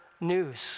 news